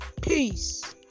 Peace